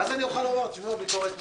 ואז אוכל לומר: הביקורת מוצדקת.